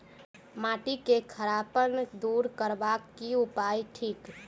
माटि केँ खड़ापन दूर करबाक की उपाय थिक?